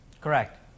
Correct